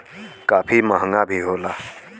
काफी महंगा भी होला